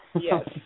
Yes